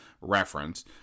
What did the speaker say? Reference